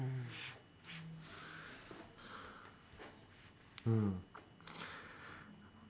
mm